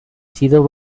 sido